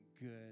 good